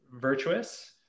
virtuous